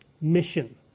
mission